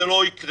זה לא יקרה.